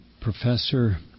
professor